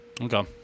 Okay